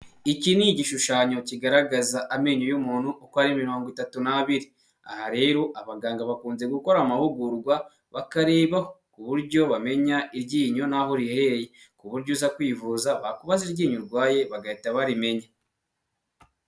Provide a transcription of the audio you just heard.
Iki ni igishushanyo kigaragaza amenyo y'umuntu uko ari mirongo itatu n'abiri, aha rero abaganga bakunze gukora amahugurwa bakareba ku buryo bamenya iryinyo n'aho riherereye, ku buryo uza kwivuza bakubaza iryinyo urwaye bagahita barimenya.